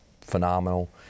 phenomenal